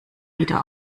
wieder